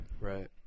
Right